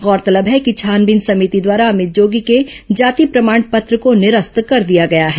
गौरतलब है कि छानबीन समिति द्वारा अमित जोगी के जाति प्रमाण पत्र को निरस्त कर दिया गया है